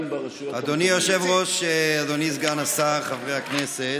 אדוני היושב-ראש, אדוני סגן השר, חברי הכנסת,